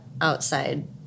outside